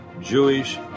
Jewish